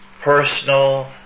personal